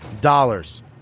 dollars